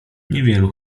niewielu